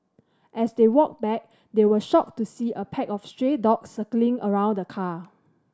as they walked back they were shocked to see a pack of stray dogs circling around the car